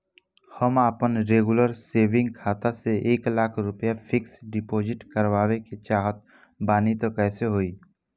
हम आपन regular saving खाता से एक लाख रुपया फिक्स डिपॉज़िट करवावे के चाहत बानी त कैसे होई?